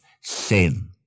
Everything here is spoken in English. sin